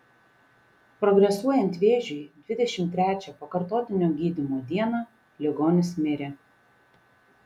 progresuojant vėžiui dvidešimt trečią pakartotinio gydymo dieną ligonis mirė